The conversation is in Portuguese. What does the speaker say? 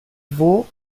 vôo